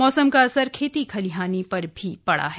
मौसम का असर खेती खलिहानी पर भी पड़ा है